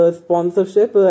sponsorship